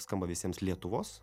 skamba visiems lietuvos